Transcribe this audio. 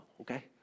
okay